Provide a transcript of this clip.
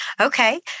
Okay